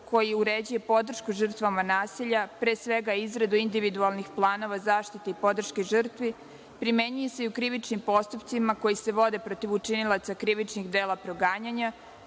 koji uređuje podršku žrtvama nasilja, pre svega izradu individualnih planova zaštite i podrške žrtvi, primenjuje se i u krivičnim postupcima koji se vode protiv učinilaca krivičnih dela proganjanja,